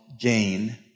gain